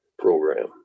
program